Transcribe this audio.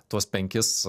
tuos penkis